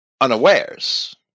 unawares